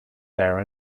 there